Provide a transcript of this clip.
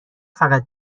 فقط